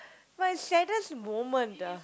my saddest moment ah